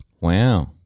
Wow